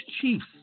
chiefs